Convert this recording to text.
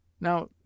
Now